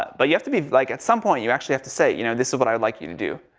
but you have to be like, at some point you actually have to say, you know this is what i'd like you to do.